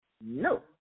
No